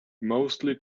mostly